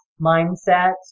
mindset